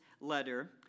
letter